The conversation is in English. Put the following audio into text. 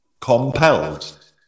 compelled